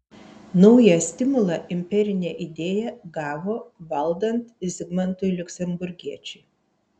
naują stimulą imperinė idėja gavo valdant zigmantui liuksemburgiečiui